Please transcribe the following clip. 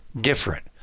different